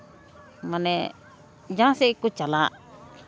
ᱢᱟᱱᱮ ᱡᱟᱦᱟᱸᱥᱮᱫ ᱜᱮᱠᱚ ᱪᱟᱞᱟᱜ